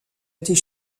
était